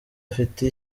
afite